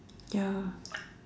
ya